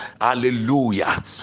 hallelujah